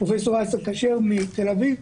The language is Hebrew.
פרופסור אסא כשר מתל-אביב,